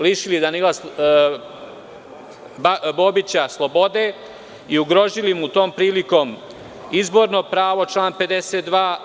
Lišili Danila Bobića slobode i ugrozili mu tom prilikom izborno pravo, član 52.